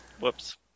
Whoops